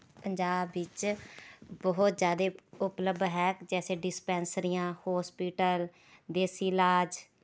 ਪੰਜਾਬ ਵਿੱਚ ਬਹੁਤ ਜ਼ਿਆਦਾ ਉਪਲਬਧ ਹੈ ਜੈਸੇ ਡਿਸਪੈਂਸਰੀਆਂ ਹੋਸਪਿਟਲ ਦੇਸੀ ਇਲਾਜ